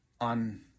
on